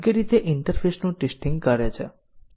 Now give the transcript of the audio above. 2 થી વ્યાખ્યા સ્ટેટમેન્ટ 5 પર જીવંત છે